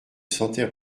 sentait